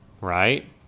Right